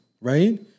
Right